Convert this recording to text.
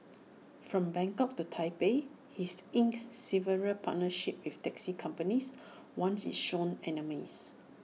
from Bangkok to Taipei he's inked several partnerships with taxi companies once its sworn enemies